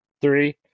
Three